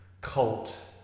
cult